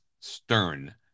stern